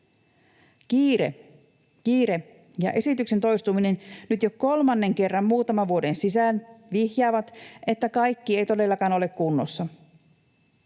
kiire ja esityksen toistuminen nyt jo kolmannen kerran muutaman vuoden sisään vihjaavat, että kaikki ei todellakaan ole kunnossa.